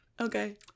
okay